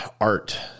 art